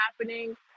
happening